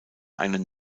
einen